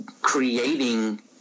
creating